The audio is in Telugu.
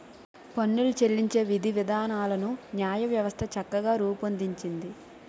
పన్నులు చెల్లించే విధివిధానాలను న్యాయవ్యవస్థ చక్కగా రూపొందించింది